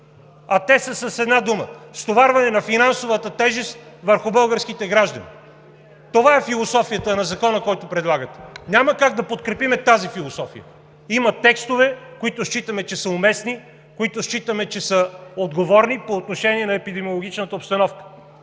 а те са с една дума – стоварване на финансовата тежест върху българските граждани. Това е философията на Закона, който предлагате. Няма как да подкрепим тази философия. Има текстове, които считаме, че са уместни, които считаме, че са отговорни по отношение на епидемиологичната обстановка.